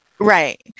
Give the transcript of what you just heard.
Right